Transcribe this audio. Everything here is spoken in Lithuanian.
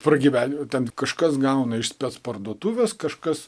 pragyvenimo ten kažkas gauna iš spec parduotuvės kažkas